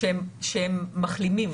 שהם מחלימים.